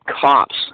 Cops